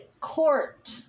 court